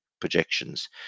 projections